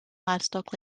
livestock